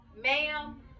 Ma'am